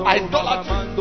idolatry